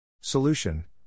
Solution